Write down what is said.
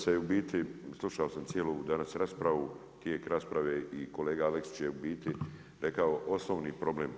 se u biti, slušao sam cijelu danas raspravu, tijek rasprave i kolega Aleksić je u biti rekao osnovni problem.